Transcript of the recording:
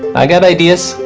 i got ideas.